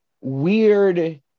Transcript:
weird